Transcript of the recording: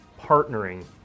partnering